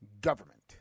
government